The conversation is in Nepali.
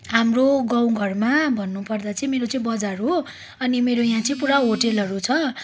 हाम्रो गाउँघरमा भन्नुपर्दा चाहिँ मेरो चाहिँ बजार हो अनि मेरो यहाँ चाहिँ पुरा होटलहरू छ